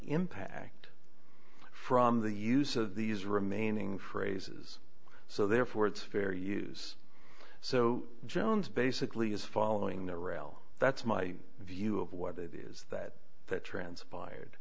impact from the use of these remaining phrases so therefore it's fair use so jones basically is following the rail that's my view of what it is that that transpired